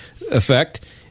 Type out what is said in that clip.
effect